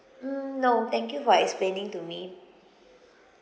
mm no thank you for explaining to me